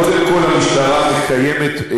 קודם כול המשטרה מקיימת,